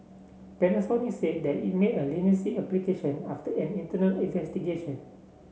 Panasonic said that it made a leniency application after an internal investigation